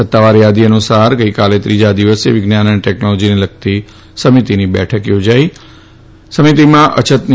સત્તાવાર યાદી અનુસાર ગઈકાલે ત્રીજા દિવસે વિજ્ઞાન અને ટેકનોલોજીને લગતી સમિતિની બેઠક યોજાઈ હતી આ સમિતિમાં અછતની